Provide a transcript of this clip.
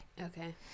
Okay